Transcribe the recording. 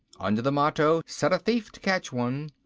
under the motto set a thief to catch one,